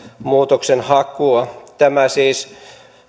muutoksenhakua tämä siis